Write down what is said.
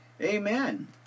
amen